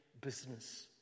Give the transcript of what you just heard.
business